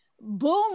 Boom